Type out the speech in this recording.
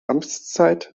amtszeit